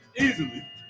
Easily